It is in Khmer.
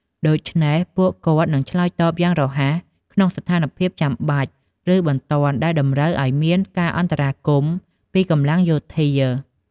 ដូច្នេះ ពួកគាត់នឹងឆ្លើយតបយ៉ាងរហ័សក្នុងស្ថានភាពចាំបាច់ ឬបន្ទាន់ដែលតម្រូវឲ្យមានការអន្តរាគមន៍ពីកម្លាំងយោធា។